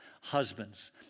Husbands